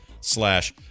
slash